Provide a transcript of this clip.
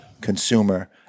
consumer